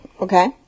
okay